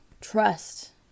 trust